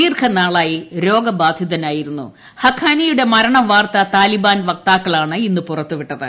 ദീർഘ നാളായി രോഗബാധിതനായിരുന്ന ഹഖാനിയുടെ മരണ വാർത്ത താലിബാൻ വക്താക്കളാണ് ഇന്ന് പുറത്ത് വിട്ടത്